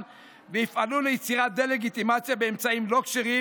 ויפעלו ליצירת דה-לגיטימציה באמצעים לא כשרים.